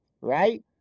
right